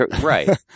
Right